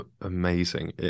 amazing